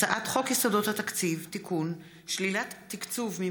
הצעת חוק ציון יום הזיכרון לחללי מערכות ישראל